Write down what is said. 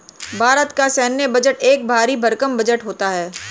भारत का सैन्य बजट एक भरी भरकम बजट होता है